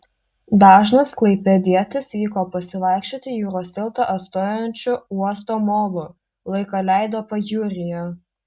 dažnas klaipėdietis vyko pasivaikščioti jūros tiltą atstojančiu uosto molu laiką leido pajūryje